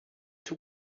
tout